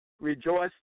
rejoice